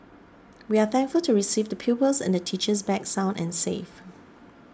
we are thankful to receive the pupils and the teachers back sound and safe